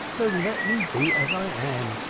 so let me be as i am.